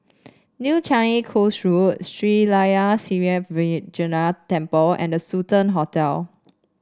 New Changi Coast Road Sri Layan Sithi Vinayagar Temple and The Sultan Hotel